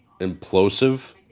implosive